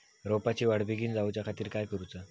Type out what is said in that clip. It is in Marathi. रोपाची वाढ बिगीन जाऊच्या खातीर काय करुचा?